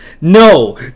No